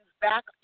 back